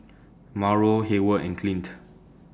Mauro Hayward and Clint